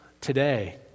today